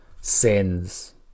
Sins